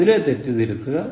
അതിലെ തെറ്റു തിരുത്തുക